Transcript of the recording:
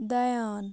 دیان